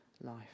life